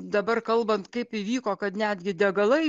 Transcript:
dabar kalbant kaip įvyko kad netgi degalai